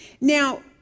Now